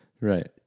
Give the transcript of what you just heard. Right